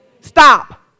Stop